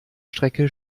strecke